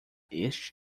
este